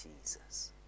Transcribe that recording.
Jesus